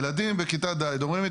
ילדים בכיתה ד' אומרים לי,